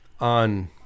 on